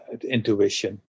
intuition